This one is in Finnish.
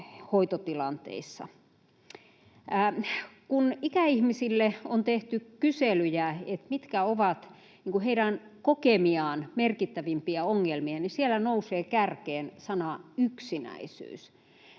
hoitotilanteissa. Kun ikäihmisille on tehty kyselyjä siitä, mitkä ovat heidän kokemiaan merkittävimpiä ongelmia, siellä nousee kärkeen sana yksinäisyys.